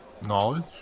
Knowledge